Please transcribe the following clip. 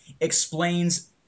explains